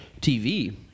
TV